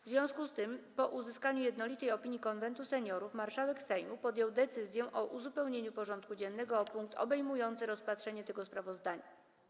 W związku z tym, po uzyskaniu jednolitej opinii Konwentu Seniorów, marszałek Sejmu podjął decyzję o uzupełnieniu porządku dziennego o punkt obejmujący rozpatrzenie tego sprawozdania.